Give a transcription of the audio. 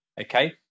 okay